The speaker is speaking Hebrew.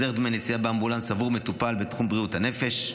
החזר דמי נסיעה באמבולנס עבור מטופל בתחום בריאות הנפש),